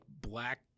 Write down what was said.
black